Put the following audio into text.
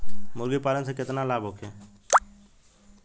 मुर्गीपालन से केतना लाभ होखे?